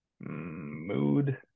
mood